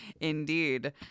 Indeed